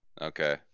Okay